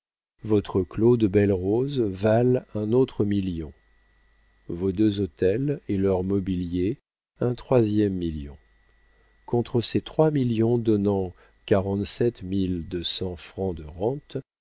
votre clos de bellerose valent un autre million vos deux hôtels et leur mobilier un troisième million contre ces trois millions donnant quarante-sept mille deux cents francs de rentes